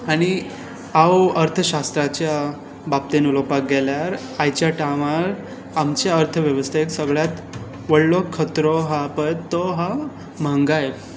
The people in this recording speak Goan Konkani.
आनी हांव अर्थशास्त्राच्या बाबतींत उलोवपाक गेल्यार आमच्या अर्थ वेवस्थेंत सगळ्यांत व्हडलो खत्रो हा पळय तो हा म्हरगाय